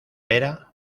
vera